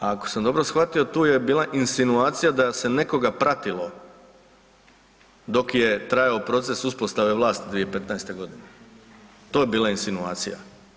A ako sam dobro shvatio tu bila insinuacija da se nekoga pratilo dok je trajao proces uspostave vlati 2015. godine, to je bila insinuacija.